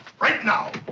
right now!